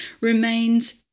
remains